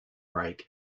brake